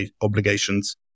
obligations